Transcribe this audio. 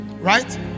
Right